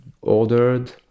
ordered